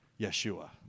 yeshua